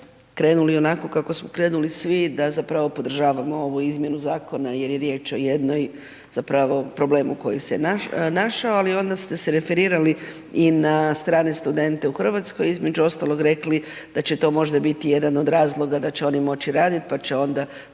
krenuli onako kako smo krenuli vi da zapravo podržavamo ovu izmjenu zakona jer je riječ o jednom zapravo problemu koji se našao ali onda ste se referirali i na strane studente u Hrvatskoj, između ostalog rekli da će to možda biti jedan od razloga da će oni moći radit pa će onda